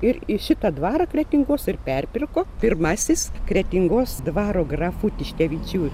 ir į šitą dvarą kretingos ir perpirko pirmasis kretingos dvaro grafų tiškevičių